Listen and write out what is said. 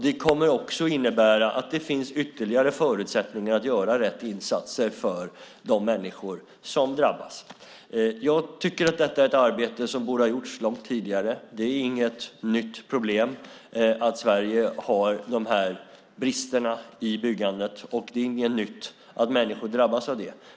Det kommer att innebära att det finns ytterligare förutsättningar att göra rätt insatser för de människor som drabbas. Jag tycker att detta är ett arbete som borde ha gjorts långt tidigare. Det är inget nytt problem att Sverige har de här bristerna i byggandet. Det är inte heller något nytt att människor drabbas av det.